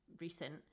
recent